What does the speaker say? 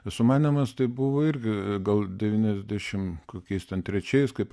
sumanymas tai buvo irgi gal devyniasdešim kokiais ten trečiais kaip